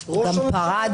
גם פרה אדומה ייבאו.